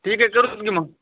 ठीक आहे करतो की मग